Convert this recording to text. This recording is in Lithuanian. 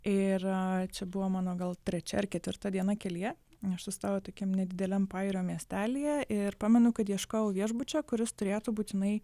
ir čia buvo mano gal trečia ar ketvirta diena kelyje aš sustojau tokiam nedideliam pajūrio miestelyje ir pamenu kad ieškojau viešbučio kuris turėtų būtinai